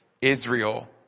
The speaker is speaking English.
Israel